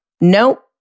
nope